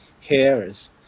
hairs